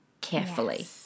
carefully